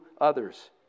others